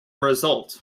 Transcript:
result